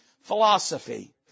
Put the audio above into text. Philosophy